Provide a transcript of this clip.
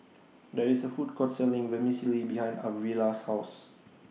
There IS A Food Court Selling Vermicelli behind Arvilla's House